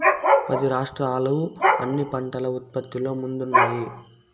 పది రాష్ట్రాలు అన్ని పంటల ఉత్పత్తిలో ముందున్నాయి